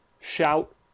shout